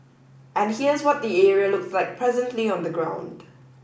and here's what the area looks like presently on the ground